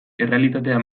errealitatea